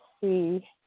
see